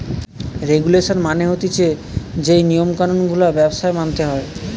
regulation মানে হতিছে যেই নিয়ম কানুন গুলা ব্যবসায় মানতে হয়